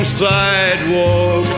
sidewalk